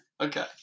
Okay